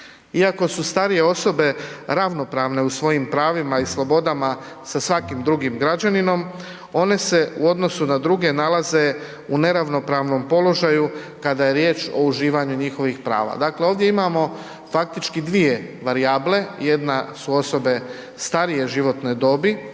Iako su starije osobe ravnopravne u svojim pravima i slobodama sa svakim drugim građaninom, one se u odnosu na druge nalaze u neravnopravnom položaju kada je riječ o uživanju njihovih prava. Dakle, ovdje imamo faktički dvije varijable. Jedna su osobe starije životne dobi,